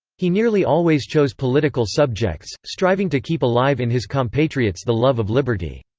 he nearly always chose political subjects, striving to keep alive in his compatriots the love of liberty.